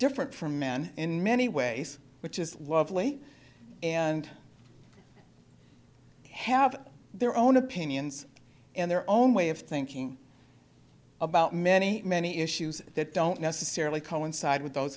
different from men in many ways which is lovely and have their own opinions and their own way of thinking about many many issues that don't necessarily coincide with those